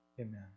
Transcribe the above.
Amen